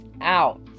out